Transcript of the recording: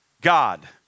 God